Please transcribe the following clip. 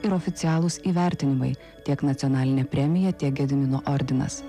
ir oficialūs įvertinimai tiek nacionalinė premija tiek gedimino ordinas